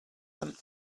them